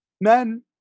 Men